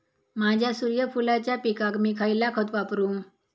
माझ्या सूर्यफुलाच्या पिकाक मी खयला खत वापरू?